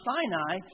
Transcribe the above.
Sinai